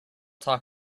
talk